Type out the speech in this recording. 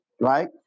right